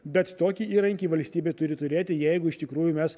bet tokį įrankį valstybė turi turėti jeigu iš tikrųjų mes